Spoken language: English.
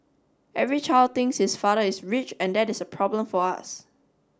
every child thinks his father is rich and that is a problem for us